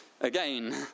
again